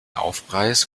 aufpreis